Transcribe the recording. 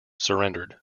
surrendered